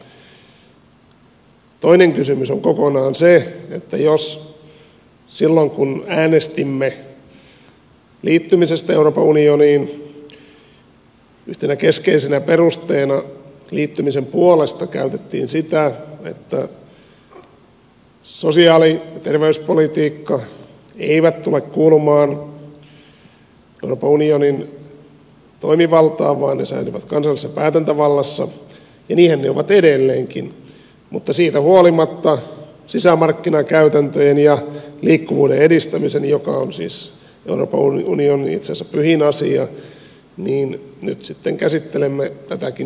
kokonaan toinen kysymys on se että silloin kun äänestimme liittymisestä euroopan unioniin yhtenä keskeisenä perusteena liittymisen puolesta käytettiin sitä että sosiaali ja terveyspolitiikka eivät tule kuulumaan euroopan unionin toimivaltaan vaan ne säilyvät kansallisessa päätäntävallassa ja niinhän ne ovat edelleenkin mutta siitä huolimatta sisämarkkinakäytäntöjen ja liikkuvuuden edistämisen joka itse asiassa on euroopan unionin pyhin asia takia nyt sitten käsittelemme tätäkin direktiiviä täällä